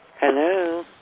Hello